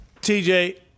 TJ